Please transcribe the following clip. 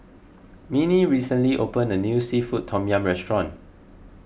Minnie recently opened a new Seafood Tom Yum restaurant